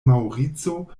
maŭrico